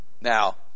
Now